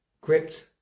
gripped